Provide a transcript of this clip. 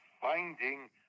finding